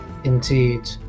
indeed